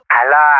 Hello